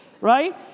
right